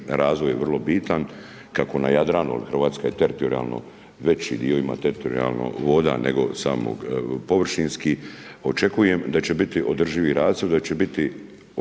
razvoj je vrlo bitan kako na Jadranu jer Hrvatska je teritorijalno veći dio ima teritorijalnih voda nego samo površinski. Očekujem da će biti održivi razvoj, da će biti